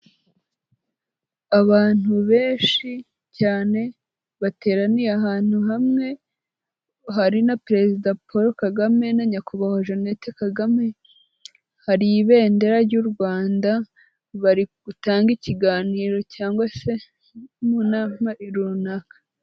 Abantu benshi cyane bateraniye ahantu hamwe, hari na perezida Paul Kagame na nyakubahwa Jeannette Kagame, hari ibendera ry'u Rwanda, bari gutange ikiganiro cyangwa se mu nama runaka.